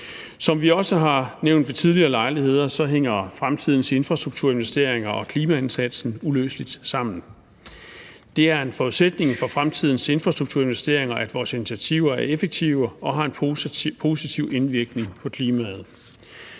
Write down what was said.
Som vi også ved tidligere lejligheder har nævnt, hænger fremtidens infrastrukturinvesteringer og klimaindsatsen uløseligt sammen. Det er en forudsætning for fremtidens infrastrukturinvesteringer, at vores initiativer er effektive og har en positiv indvirkning på klimaet.